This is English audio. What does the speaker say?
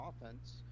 offense